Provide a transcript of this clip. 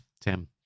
Tim